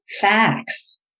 facts